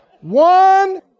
One